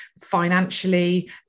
financially